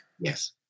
Yes